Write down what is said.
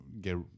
get